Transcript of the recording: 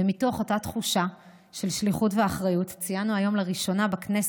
ומתוך אותה תחושה של שליחות ואחריות ציינו היום לראשונה בכנסת,